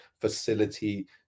facility